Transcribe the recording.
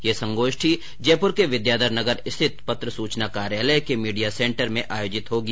यह संगोष्ठी जयपुर के विद्याधर नगर स्थित पत्र सुचना कार्यालय के मीडिया सेंटर में आयोजित होगी